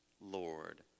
Lord